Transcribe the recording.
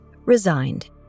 resigned